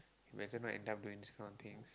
doing this kind of things